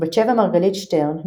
בת-שבע מרגלית-שטרן,